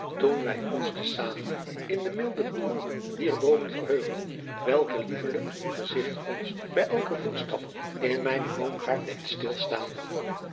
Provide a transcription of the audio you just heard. toen wij ons te zamen in den milden bloei dier boomen verheugden welker liefelijk gezigt ons bij elken voetstap in mijnen boomgaard deed stilstaan